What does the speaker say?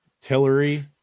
Tillery